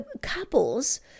couples